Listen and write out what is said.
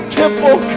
temple